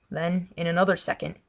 then, in another second,